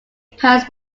paris